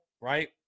right